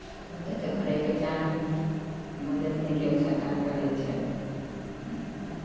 मदति करयके चाही मदति नहि केओ सरकार करै छै